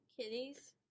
kitties